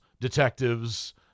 detectives